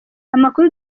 amakuru